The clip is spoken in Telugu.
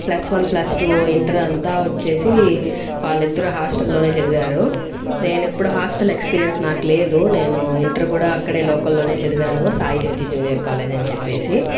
plus one plus two inter అంతా వచ్చేసి వాళ్ళిద్దరు హాస్టల్ లోనే చదివారు నేనెప్పుడు హాస్టల్ ఎక్స్పీరియన్స్ నాకు లేదు నేను ఇంటర్ కూడా అక్కడే లోకల్ లోనే చదివాను సాయి జ్యోతి జూనియర్ కాలేజ్ అని చెప్పేసి